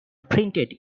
printed